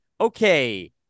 okay